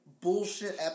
bullshit